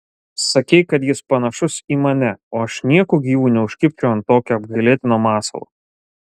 sakei kad jis panašus į mane o aš nieku gyvu neužkibčiau ant tokio apgailėtino masalo